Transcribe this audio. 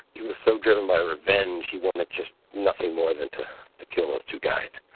he was so driven by revenge he wanted just nothing more than to kill those two guys.